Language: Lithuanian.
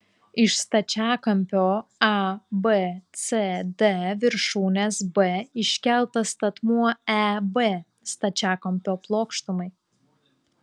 iš stačiakampio abcd viršūnės b iškeltas statmuo eb stačiakampio plokštumai